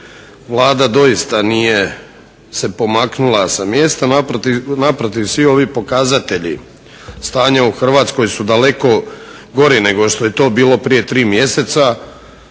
Vlada doista nije se pomaknula sa mjesta. Naprotiv svi ovi pokazatelji stanja u Hrvatskoj su daleko gori8 nego što je to bilo prije tri mjeseca.